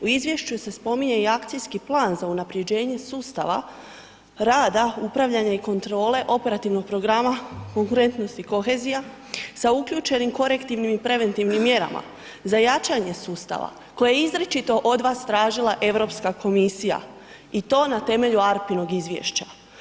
U izvješću se spominje i akcijski plan za unaprjeđenje sustava rada upravljanja i kontrole Operativnog programa konkurentnost i kohezija, sa uključenim korektivnim i preventivnim mjerama, za jačanje sustava, koje je izričito od vas tražila EU komisija i to na temelju ARPA-inog izvješća.